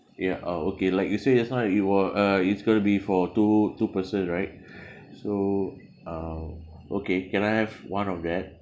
ya uh okay like you said just now it wa~ uh it's gonna be for two two person right so uh okay can I have one of that